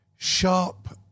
sharp